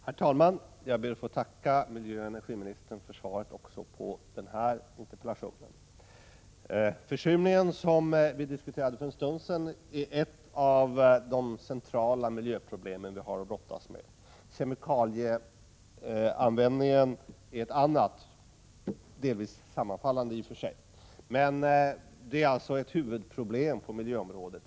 Herr talman! Jag ber att få tacka miljöoch energiministern för svaret också på den här interpellationen. Försurningen, som vi diskuterade för en stund sedan, är ett av de centrala miljöproblem vi har att brottas med. Kemikalieanvändningen är ett annat problem, som i och för sig delvis sammanfaller med försurningsproblemet, men det är ett huvudproblem på miljöområdet.